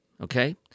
okay